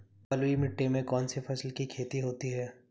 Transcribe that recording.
बलुई मिट्टी में कौनसी फसल की खेती होती है?